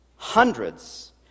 hundreds